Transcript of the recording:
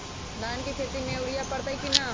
धान के खेती में यूरिया परतइ कि न?